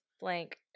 blank